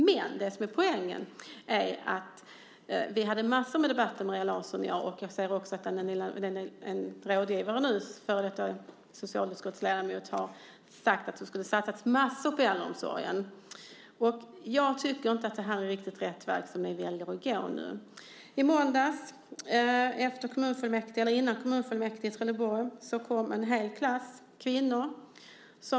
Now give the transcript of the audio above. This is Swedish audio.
Min poäng är att Maria Larsson och jag haft många debatter, och en av hennes rådgivare, en före detta socialutskottsledamot, har sagt att det skulle satsas massor på äldreomsorgen. Jag tycker inte att det är en riktigt rätt väg ni nu väljer att gå. I måndags, innan kommunfullmäktigesammanträdet i Trelleborg skulle börja, kom en hel klass kvinnor dit.